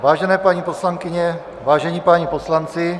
Vážené paní poslankyně, vážení páni poslanci.